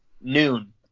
noon